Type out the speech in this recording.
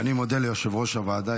ואני מודה ליושב-ראש הוועדה,